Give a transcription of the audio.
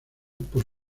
por